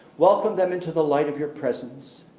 welcome them into the light of your presence.